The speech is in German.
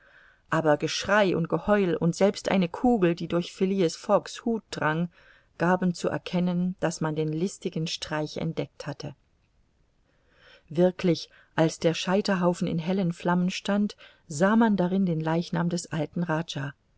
aber geschrei und geheul und selbst eine kugel die durch phileas fogg's hut drang gaben zu erkennen daß man den listigen streich entdeckt hatte wirklich als der scheiterhaufen in hellen flammen stand sah man darin den leichnam des alten rajah